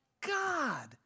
God